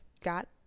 got